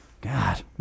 God